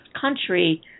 country